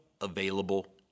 available